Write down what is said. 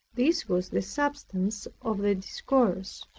this was the substance of the discourse.